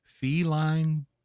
Feline